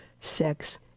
sex